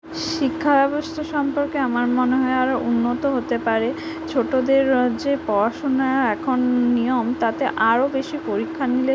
শিক্ষা ব্যবস্থা সম্পর্কে আমার মনে হয় আরও উন্নত হতে পারে ছোটোদের যে পড়াশুনা এখন নিয়ম তাতে আরও বেশি পরীক্ষা নিলে